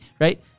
right